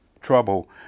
trouble